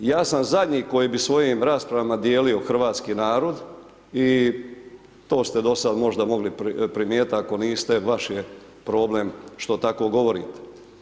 Ja sam zadnji koji bi svojim raspravama dijelio hrvatski narod i to ste do sad možda mogli primijetiti, ako niste, vaš je problem što tako govorite.